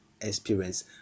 experience